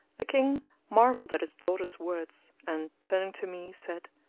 the king marvelled at his daughter's words and, turning to me, said,